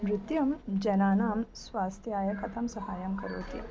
नृत्यं जनानां स्वास्थ्याय कथं सहायं करोति